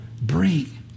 bring